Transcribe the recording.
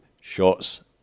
Shots